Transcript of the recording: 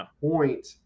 point